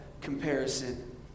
comparison